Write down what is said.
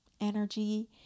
energy